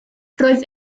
roedd